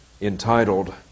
entitled